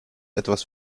etwas